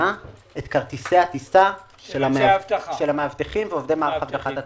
כרטיסי הטיסה של המאבטחים ועובדי מערך אבטחת התעופה,